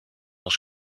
als